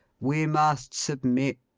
we must submit